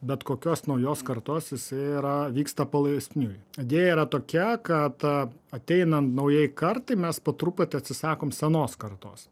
bet kokios naujos kartos jisai yra vyksta palaisniui idėja yra tokia kad ateinant naujai kartai mes po truputį atsisakom senos kartos